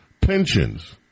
pensions